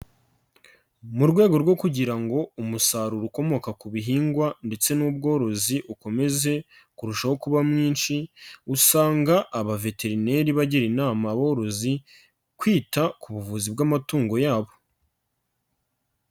Mu rwego rwo kugira ngo umusaruro ukomoka ku bihingwa ndetse n'ubworozi ukomeze kurushaho kuba mwinshi, usanga abaveterineri bagira inama borozi, kwita ku buvuzi bw'amatungo yabo